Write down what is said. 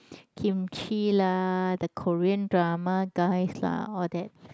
Kimchi lah the Korean drama guys lah all that